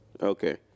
Okay